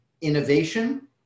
innovation